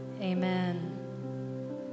amen